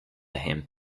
him